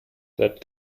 that